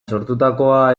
sortutakoa